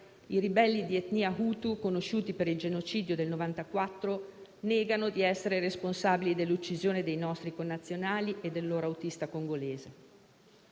i ribelli di etnia *hutu,* conosciuti per il genocidio del 1994, negano di essere responsabili dell'uccisione dei nostri connazionali e del loro autista congolese.